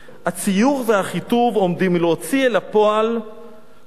הציור והחיטוב עומדים להוציא אל הפועל כל